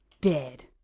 Dead